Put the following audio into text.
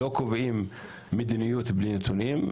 לא קובעים מדיניות בלי נתונים,